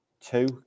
two